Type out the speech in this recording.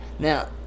Now